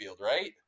right